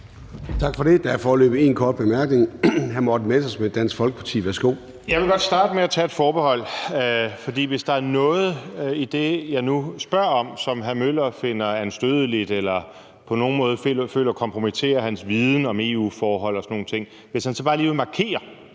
Tak for det. Der er foreløbig en kort bemærkning. Hr. Morten Messerschmidt, Dansk Folkeparti. Værsgo. Kl. 15:46 Morten Messerschmidt (DF): Jeg vil godt starte med at tage et forbehold. Hvis der er noget i det, jeg nu spørger om, som hr. Henrik Møller finder anstødeligt eller på nogen måde føler kompromitterer hans viden om EU-forhold og sådan nogle ting, vil han så ikke bare lige ville markere